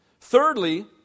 Thirdly